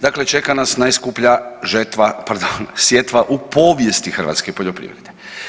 Dakle, čeka nas najskuplja žetva, pardon, sjetva u povijesti hrvatske poljoprivrede.